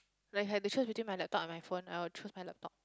like had the chance within my laptop and my phone I will choose my laptop